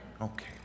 Okay